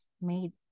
made